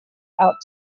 out